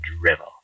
drivel